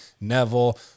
Neville